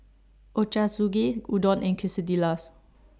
Ochazuke Udon and Quesadillas